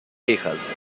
hijas